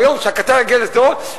ביום שהקטר יגיע לשדרות,